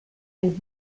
and